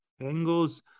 Bengals